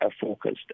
focused